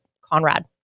Conrad